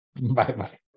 Bye-bye